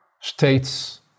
states